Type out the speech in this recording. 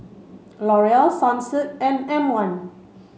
L'Oreal Sunsilk and M one